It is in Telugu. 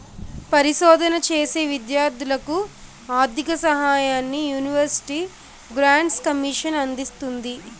పరిశోధన చేసే విద్యార్ధులకు ఆర్ధిక సహాయాన్ని యూనివర్సిటీ గ్రాంట్స్ కమిషన్ అందిస్తుంది